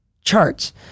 charts